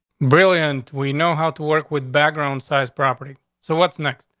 brilliant. we know how to work with background size property. so what's next?